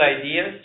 ideas